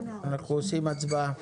אנחנו עושים הצבעה.